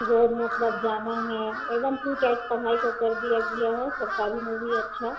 रोज़ मतलब जाना है एकदम टू टाइप पढ़ाई को कर दिया गिया है सरकारी में भी अच्छा